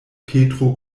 petro